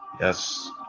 Yes